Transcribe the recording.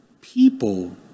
People